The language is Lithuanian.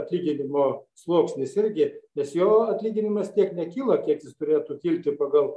atlyginimo sluoksnis irgi nes jo atlyginimas tiek nekyla kiek jis turėtų kilti pagal